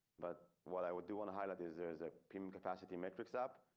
but what i would do want to highlight is there is a pin capacity metrics app.